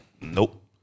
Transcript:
Nope